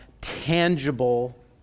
tangible